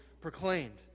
proclaimed